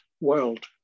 world